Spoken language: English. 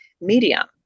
medium